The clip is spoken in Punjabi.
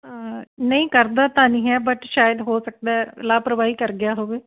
ਨਹੀਂ ਕਰਦਾ ਤਾਂ ਨਹੀਂ ਹੈ ਬਟ ਸ਼ਾਇਦ ਹੋ ਸਕਦਾ ਲਾਪਰਵਾਹੀ ਕਰ ਗਿਆ ਹੋਵੇ